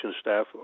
staff